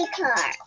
car